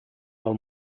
del